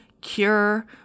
cure